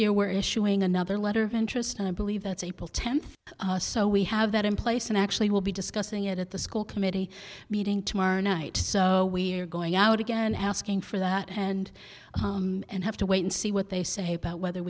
year we're issuing another letter of interest and i believe that's april tenth so we have that in place and actually will be discussing it at the school committee meeting tomorrow night we're going out again asking for that and and have to wait and see what they say about whether